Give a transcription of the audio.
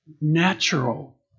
natural